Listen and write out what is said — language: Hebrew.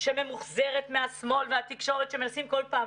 שממוחזרת מהשמאל והתקשורת שמנסים כל פעם.